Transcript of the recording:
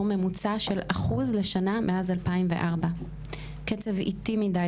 ממוצע של 1% לשנה מאז 2004. קצב איטי מדי,